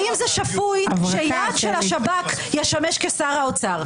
האם זה שפוי שיעד של השב"כ ישמש כשר האוצר?